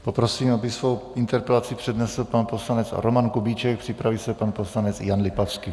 Poprosím, aby svou interpelaci přednesl pan poslanec Roman Kubíček, připraví se pan poslanec Jan Lipavský.